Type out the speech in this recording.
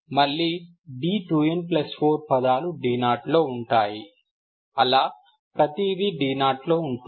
మళ్లీ d2n4 పదాలు d0 లో ఉంటాయి అలా ప్రతిదీ d0 లో ఉంటుంది